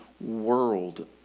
world